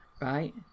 right